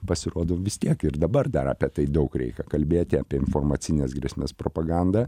pasirodo vis tiek ir dabar dar apie tai daug reikia kalbėti apie informacines grėsmes propagandą